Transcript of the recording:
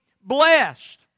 blessed